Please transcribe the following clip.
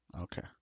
Okay